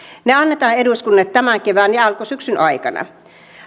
ne annetaan eduskunnalle tämän kevään ja alkusyksyn aikana